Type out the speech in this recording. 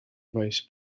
faes